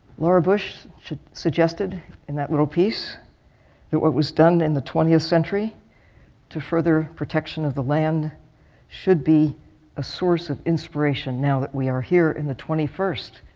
laura bush suggested in that little piece that what was done in the twentieth century to further protection of the land should be a source of inspiration now that we are here in the twenty first.